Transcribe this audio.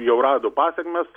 jau rado pasekmes